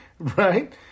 Right